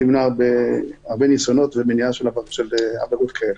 תמנע הרבה ניסיונות ועבירות כאלה.